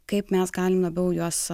kaip mes galim labiau juos